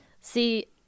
see